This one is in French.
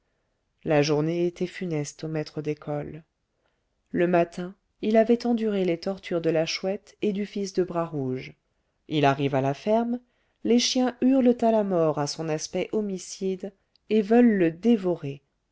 la journée était funeste au maître d'école le matin il avait enduré les tortures de la chouette et du fils de bras rouge il arrive à la ferme les chiens hurlent à la mort à son aspect homicide et veulent le dévorer